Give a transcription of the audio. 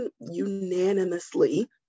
unanimously